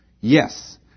Yes